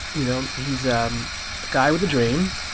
you know, he's um a guy with a dream.